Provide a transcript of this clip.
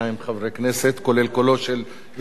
כולל קולו של יושב-ראש הוועדה.